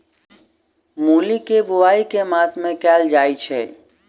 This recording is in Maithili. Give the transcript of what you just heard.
मूली केँ बोआई केँ मास मे कैल जाएँ छैय?